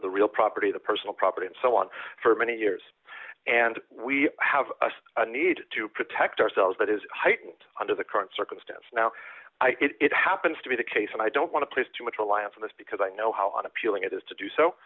the real property the personal property and so on for many years and we have a need to protect ourselves that is heightened under the current circumstance now it happens to be the case and i don't want to place too much reliance on this because i know how appealing it is to do so